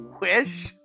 wish